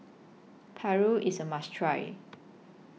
Paru IS A must Try